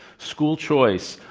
school choice.